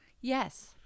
Yes